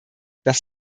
das